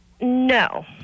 No